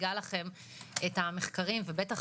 אני רוצה